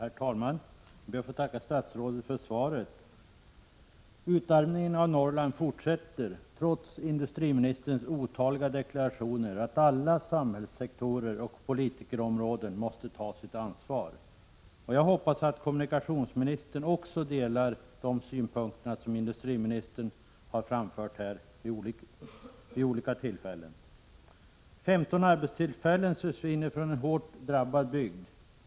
Herr talman! Jag ber att få tacka statsrådet för svaret. Utarmningen av Norrland fortsätter, trots industriministerns otaliga deklarationer att alla samhällssektorer och politikerområden måste ta sitt ansvar. Jag hoppas att kommunikationsministern också delar de synpunkter som industriministern har framfört här vid olika tillfällen. 15 arbetstillfällen försvinner från en hårt drabbad bygd.